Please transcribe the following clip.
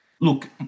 Look